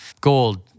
gold